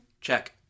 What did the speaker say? Check